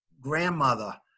grandmother